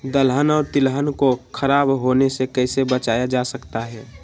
दलहन और तिलहन को खराब होने से कैसे बचाया जा सकता है?